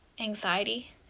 anxiety